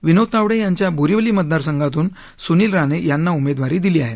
विनोद तावडे यांच्या बोरीवली मतदारसंघातून सुनील राणे यांना उमेदवारी दिली आहे